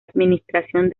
administración